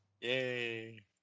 Yay